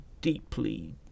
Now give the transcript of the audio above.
deeply